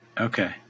Okay